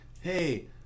hey